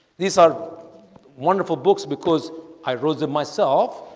these are wonderful books because i wrote them myself